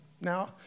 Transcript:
Now